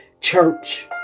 church